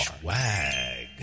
Swag